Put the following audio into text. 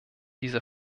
diese